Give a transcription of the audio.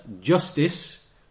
justice